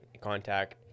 contact